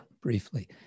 briefly